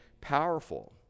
powerful